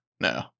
No